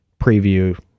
Preview